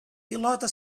pilota